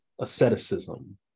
asceticism